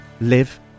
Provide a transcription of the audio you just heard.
live